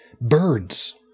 birds